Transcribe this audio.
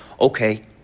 okay